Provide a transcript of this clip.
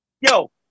Yo